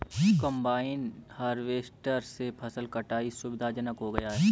combine harvester से फसल कटाई सुविधाजनक हो गया है